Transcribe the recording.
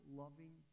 loving